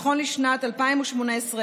נכון לשנת 2018,